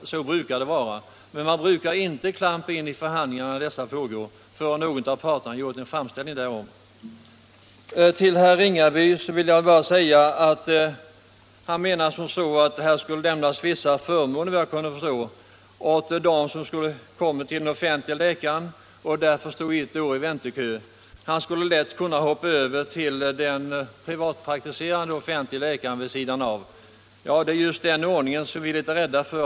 Så brukar det gå till. Men man brukar inte klampa in i för — sjukförsäkringen handiingar av detta slag förrän någon av parterna gjort framställning om sådan hjälp. Herr Ringaby menar att det skulle lämnas vissa förmåner åt dem som kommit till den offentligt anställde läkaren och som får stå på väntelista hos denne, innebärande att dessa lätt skulle kunna hoppa över till privatpraktiserande läkare med offentlig anställning. Ja, det är just en sådan ordning vi är litet rädda för.